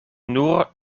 nur